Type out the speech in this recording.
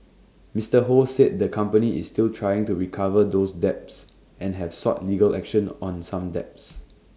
Mister ho said the company is still trying to recover those debts and have sought legal action on some debts